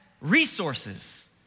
resources